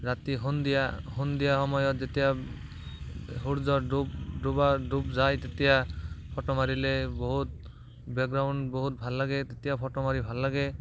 ৰাতি সন্ধিয়া সন্ধিয়া সময়ত যেতিয়া সূৰ্য ডুব ডুবা ডুব যায় তেতিয়া ফটো মাৰিলে বহুত বেকগ্ৰাউণ্ড বহুত ভাল লাগে তেতিয়া ফটো মাৰি ভাল লাগে